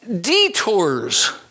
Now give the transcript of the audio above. detours